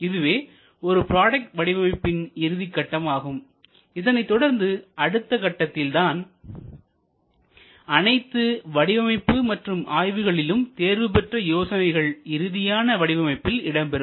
இதுவே ஒரு ப்ராடக்ட் வடிவமைப்பின் இறுதிக் கட்டமாகும் இதனைத்தொடர்ந்து அடுத்த கட்டத்தில் தான் அனைத்து வடிவமைப்பு மற்றும் ஆய்வுகளிலும் தேர்வு பெற்ற யோசனைகள் இறுதியான வடிவமைப்பில் இடம்பெறும்